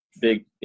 big